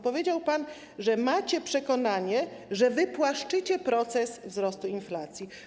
Powiedział pan, że macie przekonanie, że wypłaszczycie proces wzrostu inflacji.